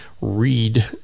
read